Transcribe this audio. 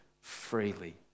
freely